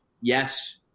yes